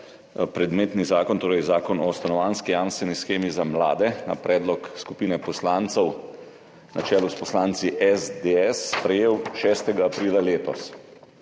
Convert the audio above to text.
predmetni zakon, torej Zakon o stanovanjski jamstveni shemi za mlade, na predlog skupine poslancev na čelu s poslanci SDS sprejel 6. aprila letos,